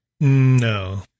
No